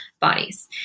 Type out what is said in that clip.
bodies